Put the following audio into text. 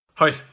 Hi